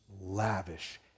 lavish